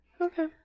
Okay